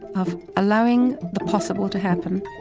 of allowing the possible to happen.